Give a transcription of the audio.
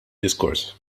diskors